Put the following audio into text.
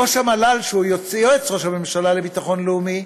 ראש המל"ל, שהוא יועץ ראש הממשלה לביטחון לאומי,